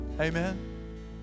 amen